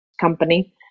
company